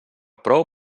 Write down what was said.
prou